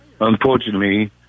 Unfortunately